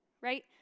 right